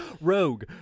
rogue